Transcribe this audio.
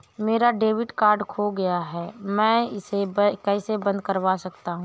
मेरा debit card खो गया है मैं इसे कैसे बंद करवा सकता हूँ?